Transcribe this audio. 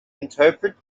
interpret